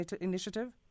initiative